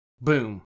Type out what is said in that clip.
Boom